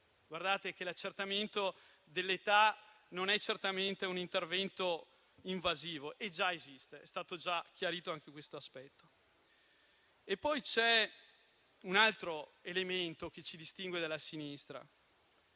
perché l'accertamento dell'età non è certamente un intervento invasivo e già esiste, è stato già chiarito anche questo aspetto. C'è un altro elemento che ci distingue dalla sinistra.